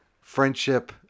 friendship